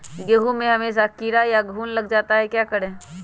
गेंहू में हमेसा कीड़ा या घुन लग जाता है क्या करें?